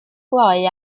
glou